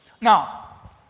Now